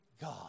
God